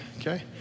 Okay